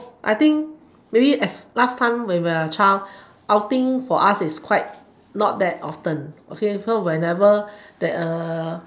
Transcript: I think maybe last time when we are child outing for us is quite not that often okay so whenever that uh